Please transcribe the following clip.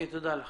שלום